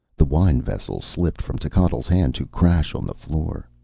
the wine vessel slipped from techotl's hand to crash on the floor.